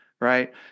right